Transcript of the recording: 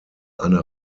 eine